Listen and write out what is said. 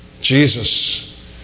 Jesus